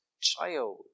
child